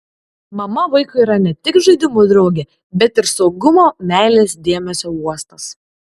mama vaikui yra ne tik žaidimų draugė bet ir saugumo meilės dėmesio uostas